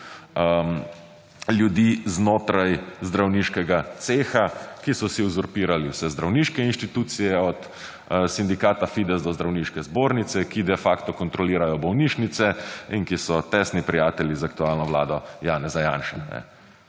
ljudi znotraj zdravniškega ceha, ki so si uzurpirali vse zdravniške inštitucije, od sindikata Fides do Zdravniške zbornice, ki de facto kontrolirajo bolnišnice in ki so tesni prijatelji z aktualno vlado Janeza Janše.